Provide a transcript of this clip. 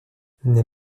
les